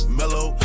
mellow